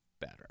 better